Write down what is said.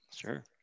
sure